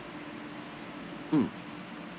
mm